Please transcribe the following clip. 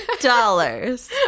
dollars